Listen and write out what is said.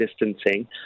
distancing